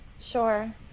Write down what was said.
Sure